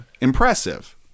impressive